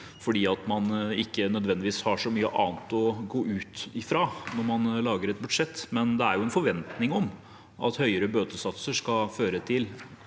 fordi man ikke nødvendigvis har så mye annet å gå ut ifra når man lager et budsjett. Det er jo en forventning om at høyere satser på forenklede